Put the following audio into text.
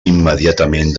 immediatament